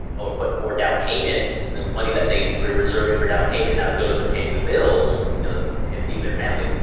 um or put more downpayment, the money that they were reserving for downpayment now goes to paying the bills and feeding their family.